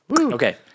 Okay